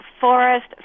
forest